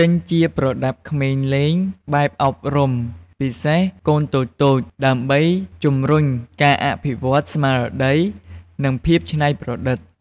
ទិញជាប្រដាប់ក្មេងលេងបែបអប់រំ ពិសេសកូនតូចៗ ដើម្បីជំរុញការអភិវឌ្ឍន៍ស្មារតី និងភាពច្នៃប្រឌិត។